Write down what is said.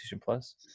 Plus